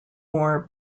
more